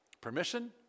Permission